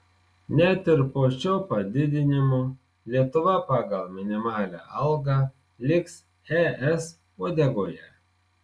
net ir po šio padidinimo lietuva pagal minimalią algą liks es uodegoje